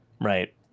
Right